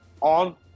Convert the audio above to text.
on